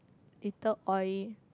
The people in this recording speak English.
little oil